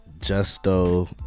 Justo